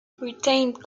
retained